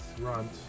Runt